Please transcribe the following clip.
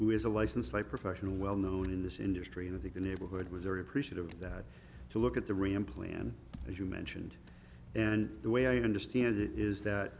who is a licensed a professional well known in this industry and i think the neighborhood was very appreciative of that to look at the region plan as you mentioned and the way i understand it is that